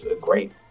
great